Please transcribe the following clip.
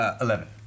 Eleven